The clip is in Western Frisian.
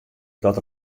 dat